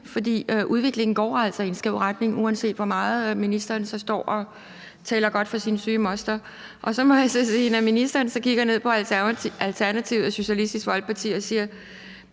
for udviklingen går altså i en skæv retning, uanset hvor meget ministeren så står og taler godt for sin syge moster. Og så må jeg sige – når ministeren så kigger ned på Alternativet og Socialistisk Folkeparti og siger,